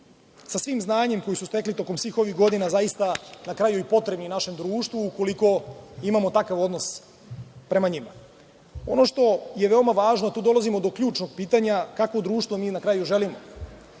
sa svim znanjem koje su stekli tokom svih ovih godina zaista na kraju i potrebni našem društvu, ukoliko imamo takav odnos prema njima? Ono što je veoma važno, tu dolazimo do ključnog pitanja – kakvo društvo mi na kraju želimo?